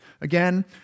again